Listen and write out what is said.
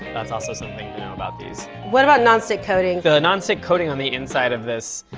that's also something new about these. what about non-stick coating? the non-stick coating on the inside of this,